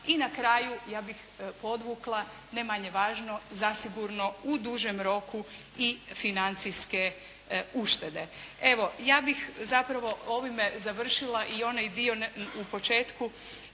I na kraju ja bih podvukla ne manje važno zasigurno u dužem roku i financijske uštede. Evo ja bih zapravo ovime završila i onaj dio, u početku